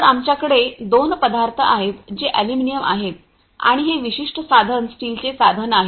तर आमच्याकडे दोन पदार्थ आहेत जे एल्युमिनियम आहेत आणि हे विशिष्ट साधन स्टीलचे साधन आहे